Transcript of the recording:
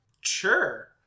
Sure